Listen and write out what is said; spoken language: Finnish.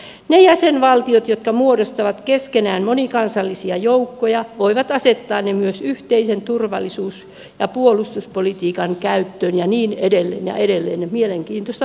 ne jäsenvaltiot jotka muodostavat keskenään monikansallisia joukkoja voivat asettaa ne myös yhteisen turvallisuus ja puolustuspolitiikan käyttöön ja niin edelleen ja edelleen mielenkiintoista luettavaa